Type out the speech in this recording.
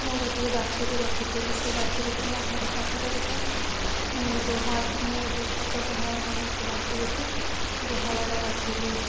ମୁଁ ଗୋଟିଏ ବଛୁରୀ ରଖିଥିଲି ସେ ବଛୁରୀକୁ ମୋ ଘର ପାଖରେ ଗୋଟେ ଗୁହାଳ ମୁଁ ଗୋଟେ ଛୋଟ ଗୁହାଳ ବନାଇ ସେ ବଛୁରୀକୁ ଗୁହାଳରେ ରଖିଲି